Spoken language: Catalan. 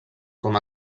com